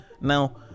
Now